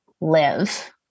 live